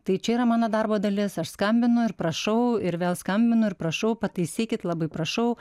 tai čia yra mano darbo dalis aš skambinu ir prašau ir vėl skambinu ir prašau pataisykit labai prašau